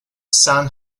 san